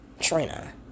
Trina